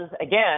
again